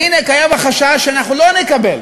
והנה קיים החשש שאנחנו לא נקבל